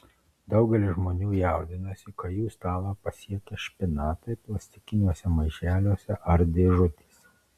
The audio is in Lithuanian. daugelis žmonių jaudinasi kai jų stalą pasiekia špinatai plastikiniuose maišeliuose ar dėžutėse